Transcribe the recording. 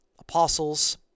apostles